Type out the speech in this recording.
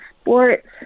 sports